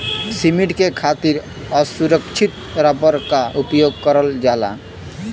cement के खातिर असुरछित रबर क उपयोग करल जाला